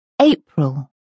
April